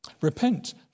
Repent